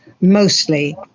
mostly